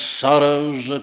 sorrows